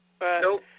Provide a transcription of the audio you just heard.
Nope